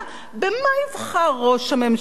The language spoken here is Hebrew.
במה יבחר ראש הממשלה?